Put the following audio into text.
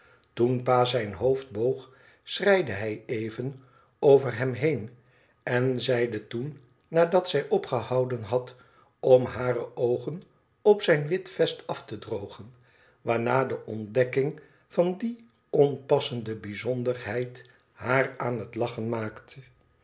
toen pa zijn hoofd boog schreide zij even over hem heen en zeide toen nadat zij opgehouden bad om hare oogen op zijn wit vest af te drogen waarna de ontdekking van die onpassende bijzonderheid h aar aan het lachen maakte